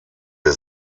der